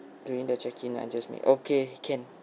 during the check in I just make okay can